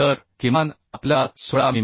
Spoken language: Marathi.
तर किमान आपल्याला 16 मि